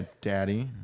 Daddy